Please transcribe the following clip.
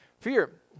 Fear